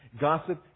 Gossip